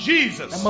Jesus